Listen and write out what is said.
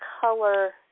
color